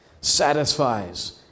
satisfies